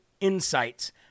insights